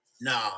no